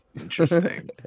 Interesting